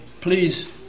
please